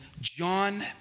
John